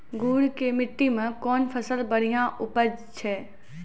गुड़ की मिट्टी मैं कौन फसल बढ़िया उपज छ?